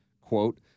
Quote